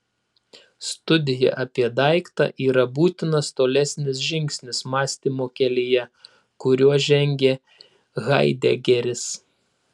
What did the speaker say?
studija apie daiktą yra būtinas tolesnis žingsnis mąstymo kelyje kuriuo žengia haidegeris